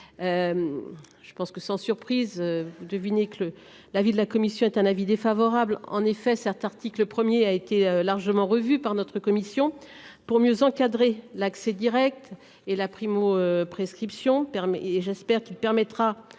Je pense que sans surprise. Dominique que le l'avis de la commission est un avis défavorable en effet certes article 1er a été largement revu par notre commission pour mieux encadrer l'accès Direct et la primo-prescription permis et j'espère qu'il permettra,